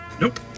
Nope